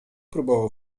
próbował